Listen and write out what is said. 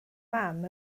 mam